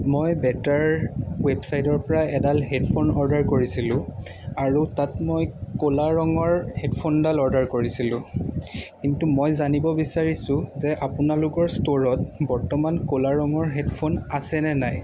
মই বেটাৰ ৱেবছাইটৰ পৰা এডাল হেডফোন অৰ্ডাৰ কৰিছিলোঁ আৰু তাত মই ক'লা ৰঙৰ হেডফোনডাল অৰ্ডাৰ কৰিছিলোঁ কিন্তু মই জানিব বিচাৰিছোঁ যে আপোনালোকৰ ষ্ট'ৰত বৰ্তমান ক'লা ৰঙৰ হেডফোন আছে নে নাই